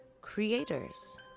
creators